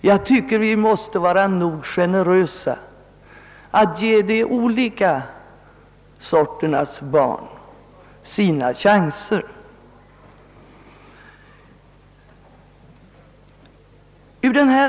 Jag tycker att vi måste vara tillräckligt generösa för att ge dessa olika typer av barn de chanser som de behöver.